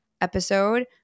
episode